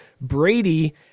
Brady